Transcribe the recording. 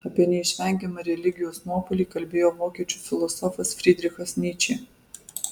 apie neišvengiamą religijos nuopuolį kalbėjo vokiečių filosofas frydrichas nyčė